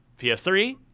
PS3